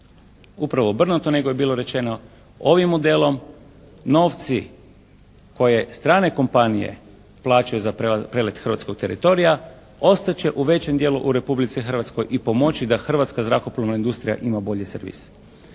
Upravo obrnuto nego je bilo rečeno ovim modelom novci koje strane kompanije plaćaju za prelet hrvatskog teritorija ostat će u većem dijelu u Republici Hrvatskoj i pomoći da hrvatska zrakoplovna industrija ima bolji servis.